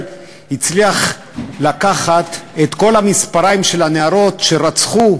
הצליח לקחת את כל המספריים של הנערות שרצחו,